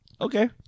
Okay